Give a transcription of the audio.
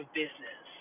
business